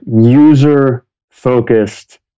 user-focused